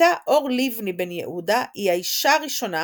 בתה אור ליבני-בן יהודה היא האישה הראשונה